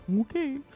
Okay